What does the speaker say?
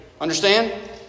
Understand